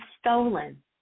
stolen